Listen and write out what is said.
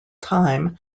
time